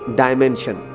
dimension